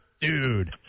Dude